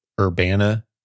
Urbana